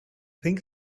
pink